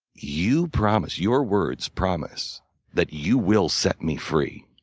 you promise your words promise that you will set me free.